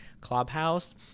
Clubhouse